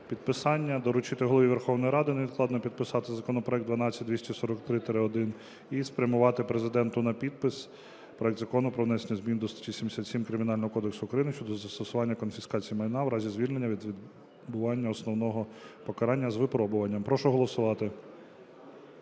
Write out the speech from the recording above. підписання. Доручити Голові Верховної Ради невідкладно підписати законопроект 12243-1 і спрямувати Президенту на підпис проект Закону про внесення змін до статті 77 Кримінального кодексу України щодо застосування конфіскації майна в разі звільнення від відбування основного покарання з випробуванням. Прошу голосувати.